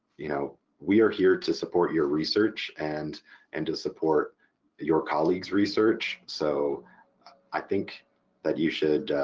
you know we are here to support your research and and to support your colleagues' research, so i think that you should,